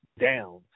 down